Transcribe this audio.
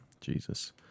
Jesus